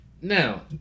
Now